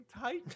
tight